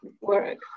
work